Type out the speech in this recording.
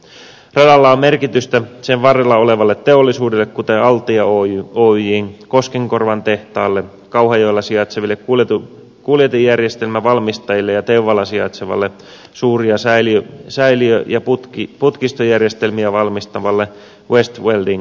radalla on merkitystä sen varrella olevalle teollisuudelle kuten altia oyjn koskenkorvan tehtaalle kauhajoella sijaitseville kuljetinjärjestelmävalmistajille ja teuvalla sijaitsevalle suuria säiliö ja putkistojärjestelmiä valmistavalle west welding oylle